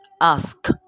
ask